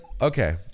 okay